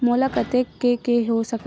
मोला कतेक के के हो सकत हे?